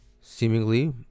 seemingly